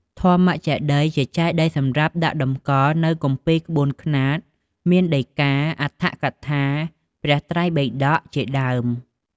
ធម្មចេតិយ ជាចេតិយសម្រាប់ដាក់តម្កល់នូវគម្ពីរក្បូនខ្នាតមានដីការ អដ្ឋកថា ព្រះត្រៃបិតក ជាដើម។